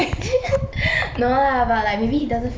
no lah but like maybe he doesn't feel the same but like